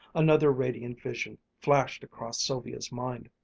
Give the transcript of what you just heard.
another radiant vision flashed across sylvia's mind,